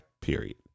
period